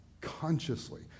consciously